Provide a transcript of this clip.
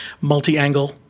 multi-angle